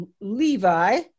Levi